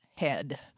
Head